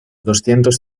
doscientos